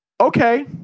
Okay